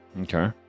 Okay